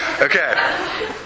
Okay